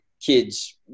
kids